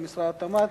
אולי למשרד התמ"ת,